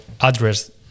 address